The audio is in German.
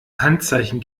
handzeichen